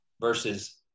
versus